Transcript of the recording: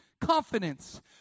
confidence